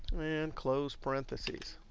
and close parentheses.